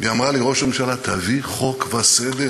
והיא אמרה לי: ראש הממשלה, תביא חוק וסדר.